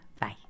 bye